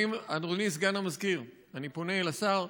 אדוני סגן המזכירה, אני פונה אל השר.